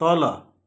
तल